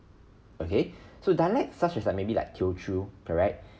okay so dialect such as like maybe like teochew correct